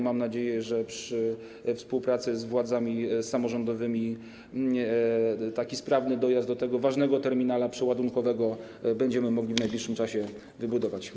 Mam nadzieję, że przy współpracy z władzami samorządowymi taki sprawny dojazd do tego ważnego terminala przeładunkowego będziemy mogli w najbliższym czasie wybudować.